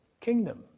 kingdom